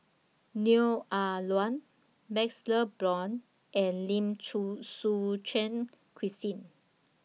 Neo Ah Luan MaxLe Blond and Lim Chew Suchen Christine